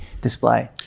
display